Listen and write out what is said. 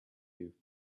you